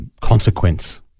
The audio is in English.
consequence